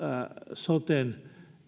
sotesta